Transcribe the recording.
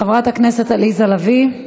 חברת הכנסת עליזה לביא.